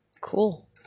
cool